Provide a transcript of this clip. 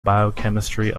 biochemistry